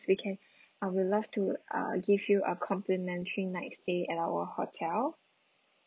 we can uh we'll love to uh give you a complimentary night's stay at our hotel